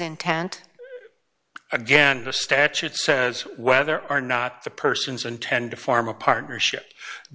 intent again the statute says whether or not the persons intend to form a partnership